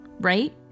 Right